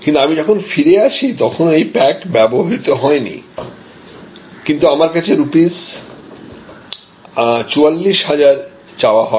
কিন্তু আমি যখন ফিরে আসি তখনও এই প্যাক ব্যবহৃত হয় নি কিন্তু আমার কাছে রুপীস 44000 চাওয়া হয়